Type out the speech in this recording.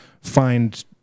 find